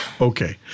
Okay